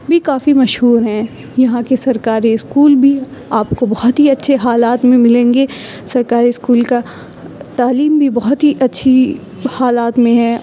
بھی کافی مشہور ہیں یہاں کے سرکاری اسکول بھی آپ کو بہت ہی اچھے حالات میں ملیں گے سرکاری اسکول کا تعلیم بھی بہت ہی اچھی حالات میں ہے